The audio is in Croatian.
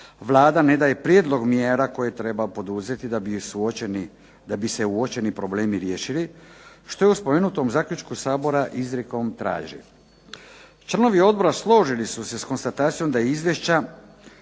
Vlada ne daje prijedlog mjera koje treba poduzeti da bi se uočeni problemi riješili što je u spomenutom zaključku Sabora izrijekom traži. Članovi Odbora složili su se s konstatacijom iz Izvješća